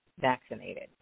vaccinated